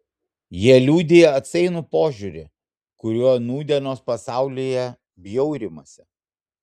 jie liudija atsainų požiūrį kuriuo nūdienos pasaulyje bjaurimasi